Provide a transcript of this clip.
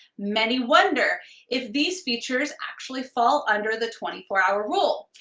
many wonder if these features actually fall under the twenty four hour rule.